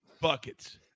Buckets